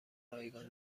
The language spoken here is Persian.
رایگان